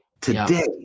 Today